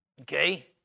Okay